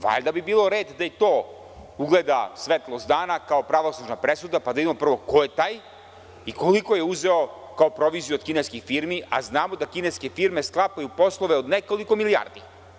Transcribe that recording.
Valjda bi bio red da i to ugleda svetlost dana kao pravosnažna presuda, pa da vidimo prvo ko je taj i koliko je uzeo kao proviziju od kineskih firmi, a znamo da kineske firme sklapaju poslove od nekoliko milijardi.